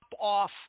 off